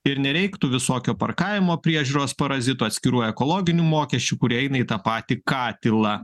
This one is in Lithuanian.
ir nereiktų visokių parkavimo priežiūros parazitų atskirų ekologinių mokesčių kurie eina į tą patį katilą